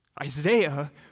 Isaiah